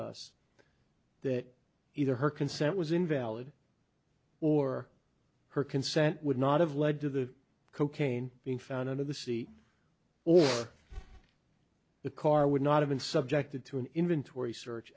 us that either her consent was invalid or her consent would not have led to the cocaine being found under the sea or the car would not have been subjected to an inventory search